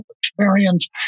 experience